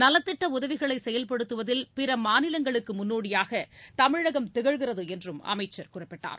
நலத்திட்ட உதவிகளை செயல்படுத்துவதில் பிற மாநிலங்களுக்கு முன்னோடியாக தமிழகம் திகழ்கிறது என்றும் அமைச்சர் குறிப்பிட்டார்